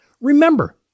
Remember